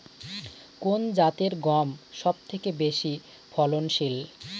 কোন জাতের গম সবথেকে বেশি ফলনশীল?